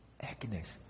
Agnes